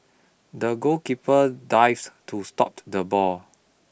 the goalkeeper dived to stop the ball